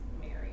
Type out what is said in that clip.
Mary